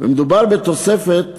ומדובר בתוספת